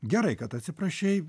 gerai kad atsiprašei